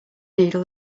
needle